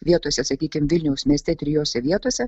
vietose sakykim vilniaus mieste trijose vietose